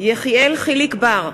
יחיאל חיליק בר,